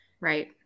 Right